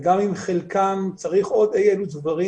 וגם אם לחלקם צריך עוד אי אילו דברים.